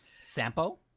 Sampo